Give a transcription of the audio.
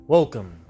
Welcome